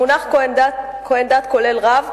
המונח כוהן דת כולל רב,